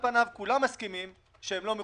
פניו כולם מסכימים לכך שהם לא מחויבים.